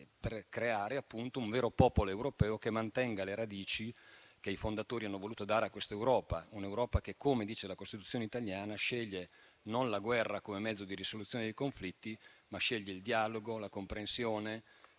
per creare un vero popolo europeo che mantenga le radici che i fondatori hanno voluto dare a questa Europa. Un'Europa che, come dice la Costituzione italiana, sceglie non la guerra come mezzo di risoluzione dei conflitti, ma il dialogo, la comprensione,